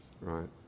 right